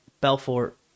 Belfort